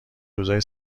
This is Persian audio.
روزای